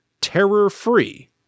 terror-free